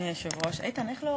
אדוני היושב-ראש, תודה,